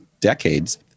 decades